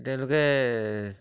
তেওঁলোকে